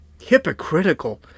hypocritical